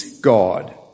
God